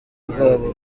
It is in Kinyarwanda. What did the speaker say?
bwabo